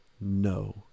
no